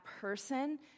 person